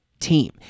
team